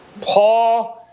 Paul